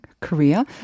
Korea